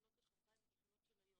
אם לא את השעתיים הראשונות של היום.